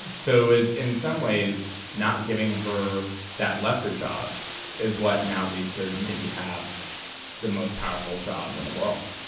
so is in some ways not giving her that lesser job is what now leads her to maybe have the most powerful job in the world